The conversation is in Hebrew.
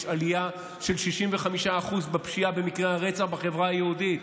יש עלייה של 65% בפשיעה במקרי הרצח בחברה היהודית.